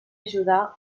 ajudar